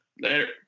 later